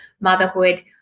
motherhood